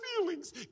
feelings